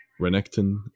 Renekton